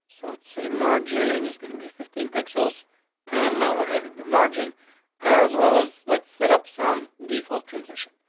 so it's a margin is gonna be fifteen pixels on. and now we're having the margin as well as let's set up some default transition.